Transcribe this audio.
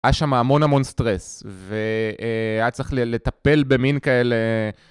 היה שם המון המון סטרס, והיה צריך לטפל במין כאלה...